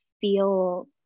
feel